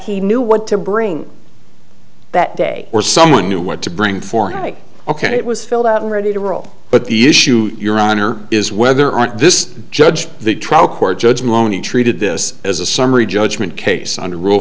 he knew what to bring that day or someone knew what to bring for ok it was filled out ready to roll but the issue your honor is whether aren't this judge the trial court judge maloney treated this as a summary judgment case un